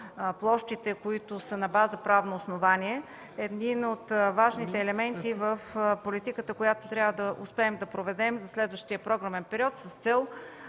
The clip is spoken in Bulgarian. площите, които са на база правно основание – един от важните елементи в политиката, която трябва да успеем да проведем за следващия програмен период, с цел